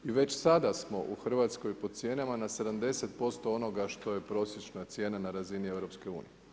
I već sada smo u Hrvatskoj po cijenama, na 70% onoga što je prosječna cijena na razini EU.